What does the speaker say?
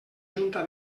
junta